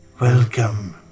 Welcome